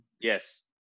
Yes